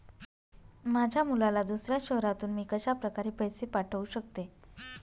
माझ्या मुलाला दुसऱ्या शहरातून मी कशाप्रकारे पैसे पाठवू शकते?